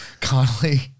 Conley